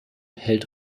hält